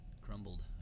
crumbled